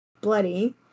bloody